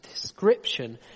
description